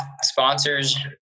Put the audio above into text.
sponsors